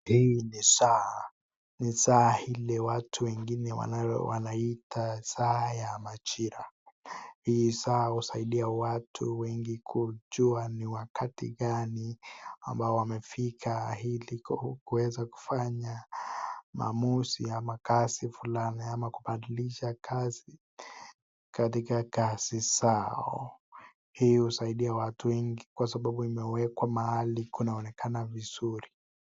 Hii ni saa, ni saa ile watu wengine wanaiita saa ya majira, hii saa husaidia watu wengi kujua ni wakati gani ambalo wamefika ili kuweza kufanya maamuzi ama kazi fulani, ama kubadilisha kazi katika kazi zao, hii husaidia watu kwa sababu iko mahali inaonekana vizuri.